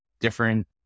different